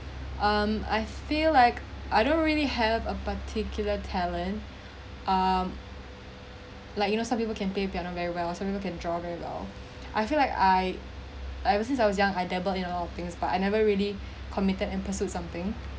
um I feel like I don't really have a particular talent um like you know some people can play piano very well some people can draw very well I feel like I I ever since I was young I dabbled in all of things but I never really committed and pursued something